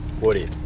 Woody